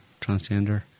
Transgender